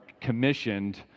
commissioned